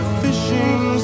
fishing